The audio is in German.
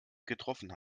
getroffen